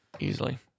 easily